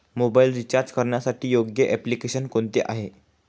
Mobile recharge करण्यासाठी योग्य application कोणते आहे?